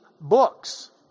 books